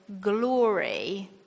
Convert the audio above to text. glory